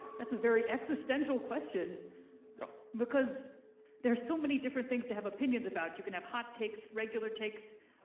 that's a very existential question yeah because there are so many different things to have opinions about, you can have hot takes, regular takes.